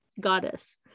Goddess